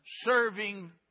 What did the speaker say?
serving